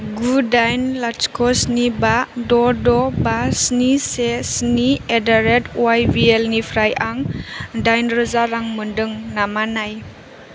गु दाइन लाथिख' स्नि बा द' द' बा स्नि से स्नि एदारेत वाइ बि एल निफ्राय आं दाइनरोजा रां मोन्दों नामा नाय